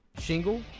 Shingle